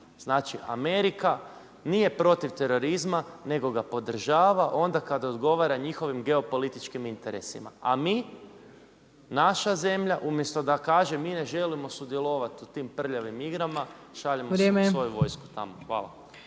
Znači Amerika nije protiv terorizma nego ga podržava onda kada odgovara njihovim geopolitičkim interesima. A mi, naša zemlja umjesto da kaže, mi ne želimo sudjelovati u tim prljavim igrama, šaljemo svoju vojsku tamo. Hvala.